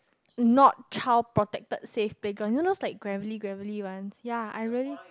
not child protector safe background you know those like Gravery Gravery ones ya I really